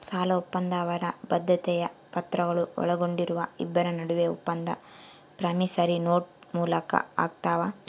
ಸಾಲಒಪ್ಪಂದ ಅವರ ಬದ್ಧತೆಯ ಪತ್ರಗಳು ಒಳಗೊಂಡಿರುವ ಇಬ್ಬರ ನಡುವೆ ಒಪ್ಪಂದ ಪ್ರಾಮಿಸರಿ ನೋಟ್ ಮೂಲಕ ಆಗ್ತಾವ